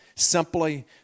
Simply